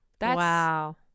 wow